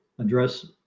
address